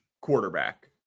quarterback